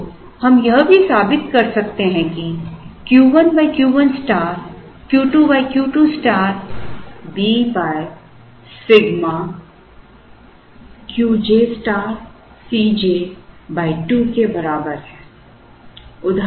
तो हम यह भी साबित कर सकते हैं कि Q 1 Q 1 star Q 2 Q 2 star B Σ Q j star C j 2 के बराबर है